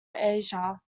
asia